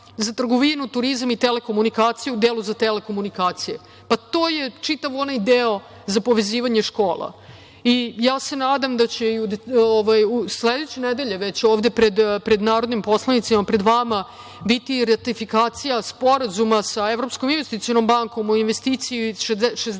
za trgovinu, turizam i telekomunikaciju, u delu za telekomunikacije, pa to je čitav onaj deo za povezivanje škola. Nadam se da će sledeće nedelje već ovde pred narodnim poslanicima, pred vama, biti ratifikacija Sporazuma sa Evropskom investicionom bankom o investiciji od